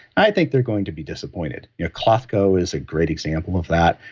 i think they're going to be disappointed. yeah klotho is a great example of that.